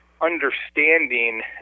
understanding